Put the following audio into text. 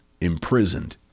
imprisoned